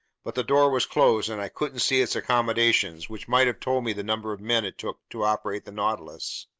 but the door was closed and i couldn't see its accommodations, which might have told me the number of men it took to operate the nautilus.